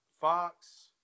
Fox –